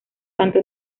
canta